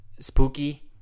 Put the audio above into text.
spooky